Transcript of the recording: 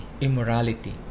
Immorality